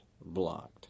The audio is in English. blocked